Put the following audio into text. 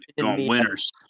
winners